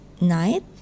night